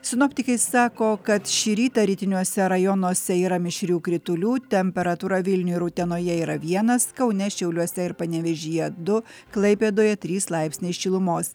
sinoptikai sako kad šį rytą rytiniuose rajonuose yra mišrių kritulių temperatūra vilniuje ir utenoje yra vienas kaune šiauliuose ir panevėžyje du klaipėdoje trys laipsniai šilumos